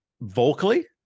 Vocally